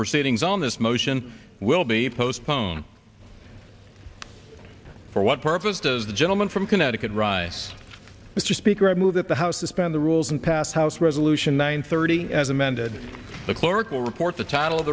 proceedings on this motion will be postponed for what purpose of the gentleman from connecticut rise mr speaker i move that the house suspend the rules and pass house resolution nine thirty as amended the clerk will report the title of